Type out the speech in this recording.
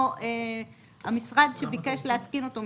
או המשרד שביקש להתקין אותו,